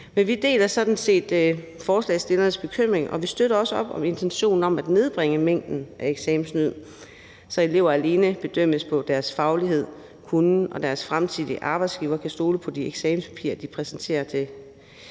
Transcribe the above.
vi deler sådan set forslagsstillernes bekymring, og vi støtter også op om intentionen om at nedbringe mængden af eksamenssnyd, så elever alene bedømmes på deres faglighed og kunnen og deres fremtidige arbejdsgiver kan stole på de eksamenspapirer, de præsenterer til